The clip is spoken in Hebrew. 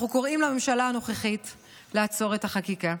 אנחנו קוראים לממשלה הנוכחית לעצור את החקיקה.